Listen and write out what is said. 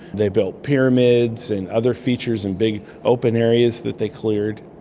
they built pyramids and other features and big open areas that they cleared.